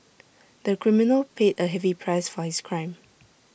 the criminal paid A heavy price for his crime